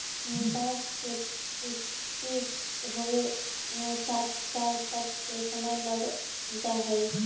बाँस के पुष्पित होवे में साठ साल तक के समय लग जा हइ